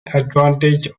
advantage